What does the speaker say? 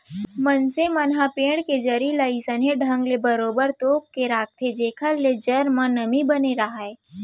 मनसे मन ह पेड़ के जरी ल अइसने ढंग ले बरोबर तोप के राखथे जेखर ले जर म नमी बने राहय